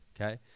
okay